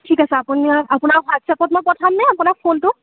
ঠিক আছে আপুনি আপোনাৰ হোৱাটচএপত মই পঠাম নে আপোনাৰ ফোনটোত